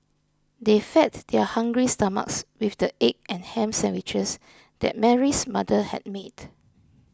they fed their hungry stomachs with the egg and ham sandwiches that Mary's mother had made